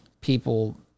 people